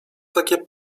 takie